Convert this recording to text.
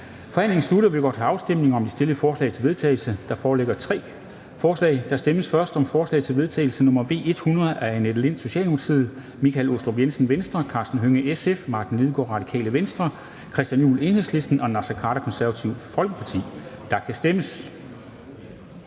Forhandlingen er sluttet, og vi går til afstemning om de fremsatte forslag til vedtagelse. Der foreligger tre forslag. Der stemmes først om forslag til vedtagelse nr. V 100 af Annette Lind (S), Michael Aastrup Jensen (V), Karsten Hønge (SF), Martin Lidegaard (RV), Christian Juhl (EL) og Naser Khader (KF), og der kan stemmes.